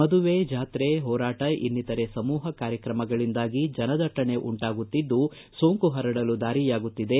ಮದುವೆ ಜಾತ್ರೆ ಹೋರಾಟ ಇನ್ನಿತರೆ ಸಮೂಪ ಕಾರ್ಯಕ್ರಮಗಳಿಂದಾಗಿ ಜನದಟ್ಟಣೆ ಉಂಟಾಗುತ್ತಿದ್ದು ಸೋಂಕು ಪರಡಲು ದಾರಿಯಾಗುತ್ತಿದೆ